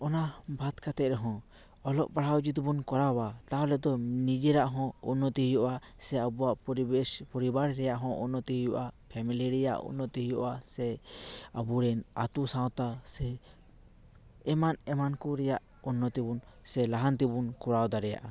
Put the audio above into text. ᱚᱱᱟ ᱵᱟᱫᱽ ᱠᱟᱛᱮ ᱨᱮᱦᱚᱸ ᱚᱞᱚᱜ ᱯᱟᱲᱦᱟᱣ ᱡᱩᱫᱤ ᱵᱚᱱ ᱠᱚᱨᱟᱣᱟ ᱛᱟᱦᱚᱞᱮ ᱛᱚ ᱱᱤᱡᱮᱨᱟᱜ ᱦᱚᱸ ᱩᱱᱱᱚᱛᱚ ᱦᱩᱭᱩᱜᱼᱟ ᱥᱮ ᱟᱵᱚᱣᱟᱜ ᱯᱚᱨᱤᱵᱮᱥ ᱯᱚᱨᱤᱵᱟᱨ ᱨᱮᱭᱟᱜ ᱦᱚᱸ ᱩᱱᱱᱚᱛᱤ ᱦᱩᱭᱩᱜᱼᱟ ᱯᱷᱮᱢᱮᱞᱤ ᱨᱮᱭᱟᱜ ᱩᱱᱱᱚᱛᱤ ᱦᱩᱭᱩᱜᱼᱟ ᱥᱮ ᱟᱵᱚᱨᱮᱱ ᱟᱛᱳ ᱥᱟᱶᱛᱟ ᱮᱢᱟᱱ ᱮᱢᱟᱱ ᱠᱚ ᱨᱮᱭᱟᱜ ᱩᱱᱱᱚᱛᱤ ᱵᱚᱱ ᱥᱮ ᱞᱟᱦᱟᱱᱛᱤ ᱵᱚᱱ ᱠᱚᱨᱟᱣ ᱫᱟᱲᱮᱭᱟᱜᱼᱟ